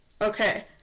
Okay